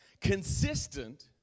Consistent